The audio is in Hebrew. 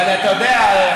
מספיק עם זה.